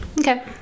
Okay